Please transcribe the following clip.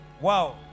Wow